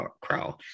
Crow